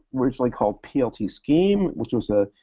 originally called plt scheme, which was a,